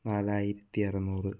നാലായിരത്തി അറുനൂറ്